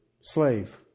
Slave